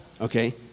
Okay